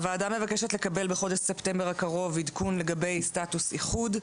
הוועדה מבקשת לקבל בחודש ספטמבר הקרוב עדכון לגבי סטטוס איחוד,